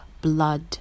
blood